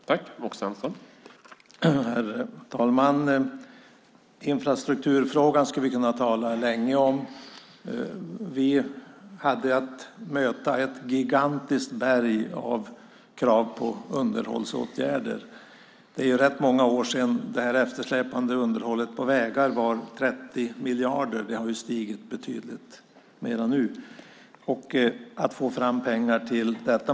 Herr talman! Infrastrukturfrågan skulle vi kunna tala länge om. Vi hade att möta ett gigantiskt berg av krav på underhållsåtgärder. Det är rätt många år sedan det eftersläpande underhållet på vägar var 30 miljarder. Det har stigit betydligt.